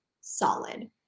solid